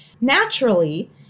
Naturally